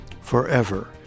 forever